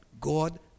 God